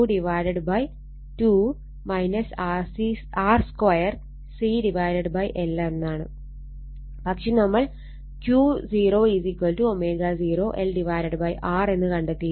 പക്ഷെ നമ്മൾ Q0ω0 LR എന്ന് കണ്ടെത്തിയിട്ടുണ്ട്